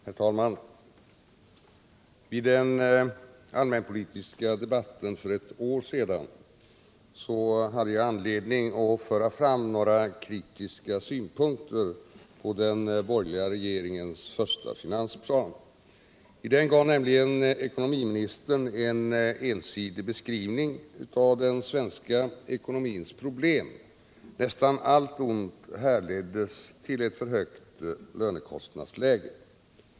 Herr talman! Vid den allmänpolitiska debatten för ett år sedan hade jag anledning att föra fram några kritiska synpunkter på den borgerliga regeringens första finansplan. I den gav nämligen ekonomiministern en ensidig beskrivning av den svenska ekonomins problem: nästan allt ont härleddes till ett för högt kostnadsläge.